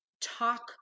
talk